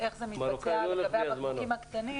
-- איך זה מתבצע לגבי הבקבוקים הקטנים